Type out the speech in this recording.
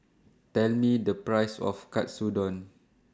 Tell Me The Price of Katsudon